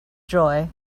joy